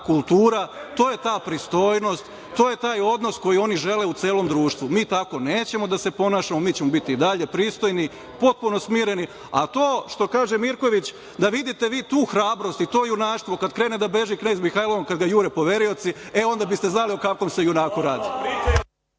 kultura. To je ta pristojnost. To je taj odnos koji oni žele celom društvu. Mi tako nećemo da se ponašamo. Mi ćemo biti i dalje pristojni, potpuno smireni, a to što kaže Mirković da vidite vi tu hrabrost i to junaštvo kada beži Knez Mihajlovom kada ga jure poverioci onda biste znali o kakvom se junaku radi.